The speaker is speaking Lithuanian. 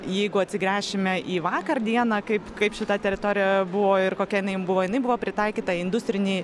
jeigu atsigręšime į vakar dieną kaip kaip šita teritorija buvo ir kokia jinai buvo jinai buvo pritaikyta industrinei